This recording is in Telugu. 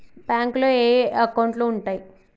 బ్యాంకులో ఏయే అకౌంట్లు ఉంటయ్?